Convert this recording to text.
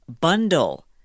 bundle